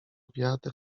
wiatr